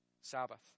Sabbath